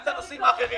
גם את הנושאים אחרים